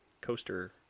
coaster